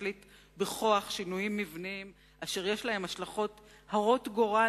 להשליט בכוח שינויים מבניים אשר יש להם השלכות הרות גורל,